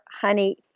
honey